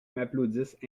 m’applaudissent